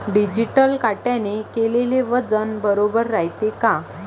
Digital काट्याने केलेल वजन बरोबर रायते का?